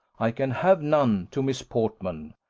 i can have none, to miss portman.